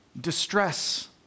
Distress